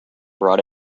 brought